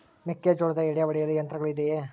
ಮೆಕ್ಕೆಜೋಳದ ಎಡೆ ಒಡೆಯಲು ಯಂತ್ರಗಳು ಇದೆಯೆ?